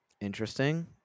Interesting